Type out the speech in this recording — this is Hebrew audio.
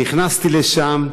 נכנסתי לשם,